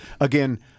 Again